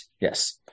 Yes